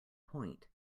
point